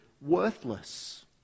worthless